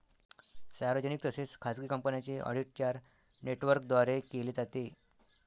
सार्वजनिक तसेच खाजगी कंपन्यांचे ऑडिट चार नेटवर्कद्वारे केले जाते